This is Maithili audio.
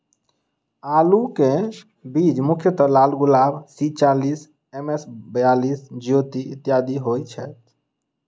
आलु केँ बीज मुख्यतः लालगुलाब, सी चालीस, एम.एस बयालिस, ज्योति, इत्यादि होए छैथ?